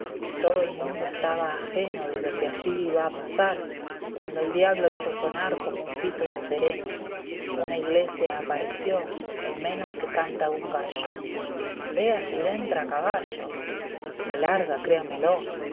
todo el mundo estaba ajeno de lo que allí iba a pasar cuando el diablo hizo sonar como un pito de sereno fausto una iglesia apareció en menos que canta un gallo i vea si dentra a caballo me larga créamelo